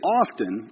often